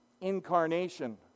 incarnation